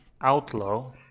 outlaw